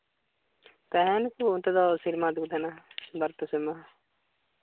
ᱛᱟᱦᱮᱱ ᱜᱮᱭᱟ ᱠᱚ ᱚᱱᱛᱮ ᱫᱚ ᱥᱮᱨᱢᱟ ᱫᱷᱟᱹᱵᱤᱡ ᱠᱚ ᱛᱟᱦᱮᱱᱟ ᱵᱟᱨᱼᱯᱮ ᱥᱮᱨᱢᱟ